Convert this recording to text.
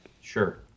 Sure